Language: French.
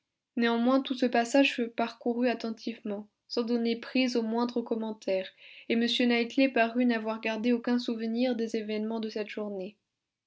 néanmoins tout ce passage fut parcouru attentivement sans donner prise au moindre commentaire et m knightley parut n'avoir gardé aucun souvenir des événements de cette journée